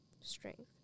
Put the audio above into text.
strength